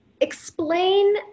explain